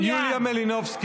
חברת הכנסת יוליה מלינובסקי.